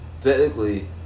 technically